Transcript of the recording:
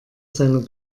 seiner